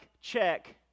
check